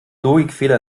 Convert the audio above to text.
logikfehler